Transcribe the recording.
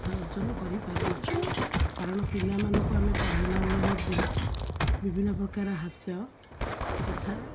କଥା କରିପାରୁଅଛୁ କାରଣ ପିଲାମାନଙ୍କୁ ଆମେ ପଢ଼େଇଲା ବେଳେ ମଧ୍ୟ ବିଭିନ୍ନ ପ୍ରକାର ହାସ୍ୟ କଥା